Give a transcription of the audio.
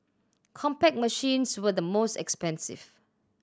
Compaq machines were the most expensive